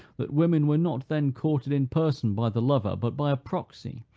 that women were not then courted in person by the lover, but by a proxy,